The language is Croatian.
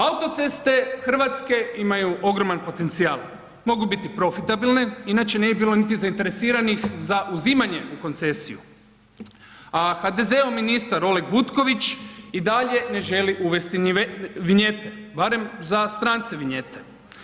Autoceste hrvatske imaju ogroman potencijal, mogu biti profitabilne, inače ne bi bilo niti zainteresiranih za uzimanje u koncesiju a HDZ-ov ministar Oleg Butković i dalje ne želi uvesti vinjete, barem za strance vinjete.